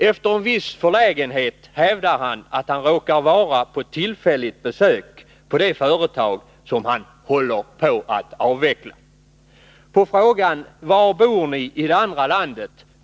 Efter viss förlägenhet hävdar han att han råkar vara på tillfälligt besök på det företag som han ”håller på att avveckla”. På frågan: Var bor ni i det andra landet?